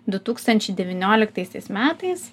du tūkstančiai devyniolitaisiais metais